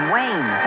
Wayne